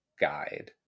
guide